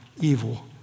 evil